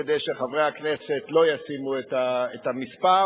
כדי שחברי הכנסת לא ישימו את המספר.